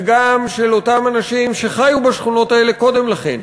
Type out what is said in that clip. וגם של אותם אנשים שחיו בשכונות האלה קודם לכן,